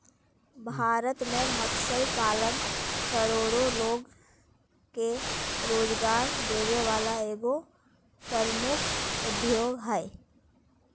भारत में मत्स्य पालन करोड़ो लोग के रोजगार देबे वला एगो प्रमुख उद्योग हइ